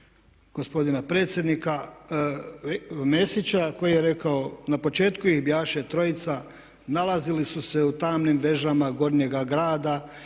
gospodina predsjednika Mesića koji je rekao: „Na početku ih bijaše trojica, nalazili su se u tamnim vežama Gornjega grada